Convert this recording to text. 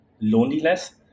loneliness